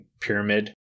pyramid